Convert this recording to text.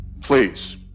please